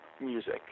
music